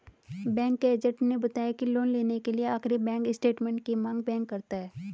bank agent ने बताया की लोन लेने के लिए आखिरी बैंक स्टेटमेंट की मांग बैंक करता है